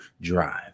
drive